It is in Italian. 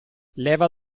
leva